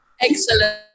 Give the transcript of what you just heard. Excellent